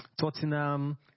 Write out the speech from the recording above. Tottenham